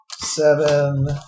seven